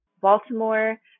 Baltimore